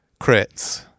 crits